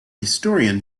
historian